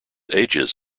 ages